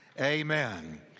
Amen